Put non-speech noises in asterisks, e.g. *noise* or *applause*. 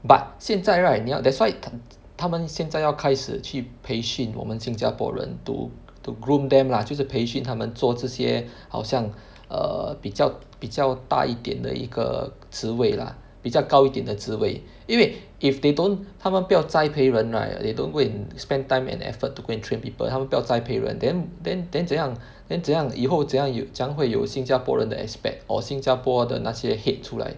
but 现在 right 你要 that's why *noise* 他们现在要开始去培训我们新加坡人 to to groom them lah 就是培训他们做这些好像 err 比较比较大一点的一个职位 lah 比较高一点的职位因为 if they don't 他们不要栽培人 right they don't go and spend time and effort to go and train people 他们不要栽培 then then then 怎样 then 怎样以后怎样有怎样会有新加坡人的 expat or 新加坡的那些 head 出来